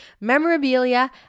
memorabilia